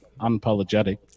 unapologetic